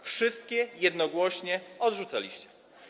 Wszystkie jednogłośnie odrzucaliście.